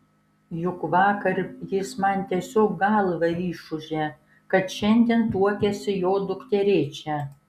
juk vakar jis man tiesiog galvą išūžė kad šiandien tuokiasi jo dukterėčia